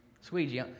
Squeegee